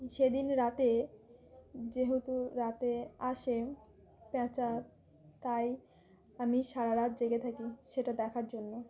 সেদিন রাতে যেহেতু রাতে আসে প্যাঁচা তাই আমি সারা রাত জেগে থাকি সেটা দেখার জন্য